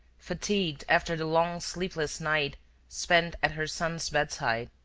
fatigued after the long sleepless night spent at her son's bedside,